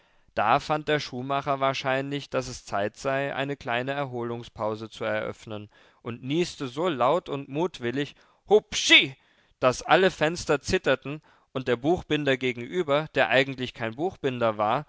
da fand der schuhmacher wahrscheinlich daß es zeit sei eine kleine erholungspause zu eröffnen und nieste so laut und mutwillig hupschi daß alle fenster zitterten und der buchbinder gegenüber der eigentlich kein buchbinder war